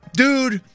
dude